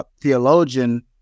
theologian